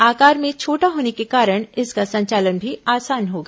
आकार में छोटा होने के कारण इसका संचालन भी आसान होगा